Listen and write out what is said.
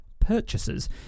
purchases